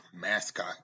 mascot